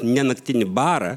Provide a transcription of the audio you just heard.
ne naktinį barą